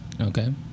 Okay